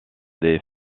des